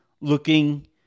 looking